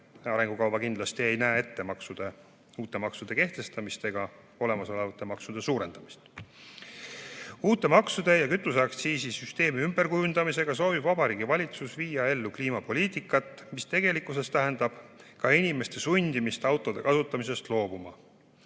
arengukava kindlasti ei näe ette uute maksude kehtestamist ega olemasolevate maksude suurendamist. "Uute maksudega ja kütuseaktsiisi süsteemi ümberkujundamisega soovib Vabariigi Valitsus viia ellu kliimapoliitikat, mis tegelikkuses tähendab ka inimeste sundimist autode kasutamisest loobuma.